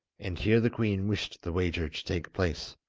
and here the queen wished the wager to take place.